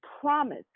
promise